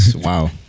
Wow